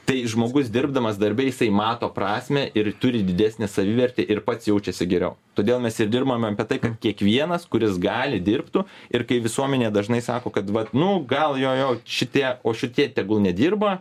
tai žmogus dirbdamas darbe jisai mato prasmę ir turi didesnę savivertę ir pats jaučiasi geriau todėl mes ir dirbam apie tai kad kiekvienas kuris gali dirbtų ir kai visuomenė dažnai sako kad vat nu gal jo jo šitie o šitie tegul nedirba